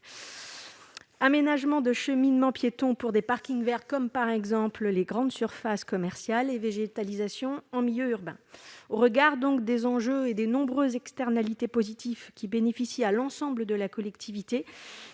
Aménagement de cheminements piétons pour des parkings vers comme par exemple les grandes surfaces commerciales et végétalisation en milieu urbain au regard donc des enjeux et des nombreuses externalités positives qui bénéficie à l'ensemble de la collectivité,